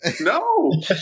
No